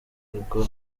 bigo